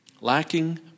Lacking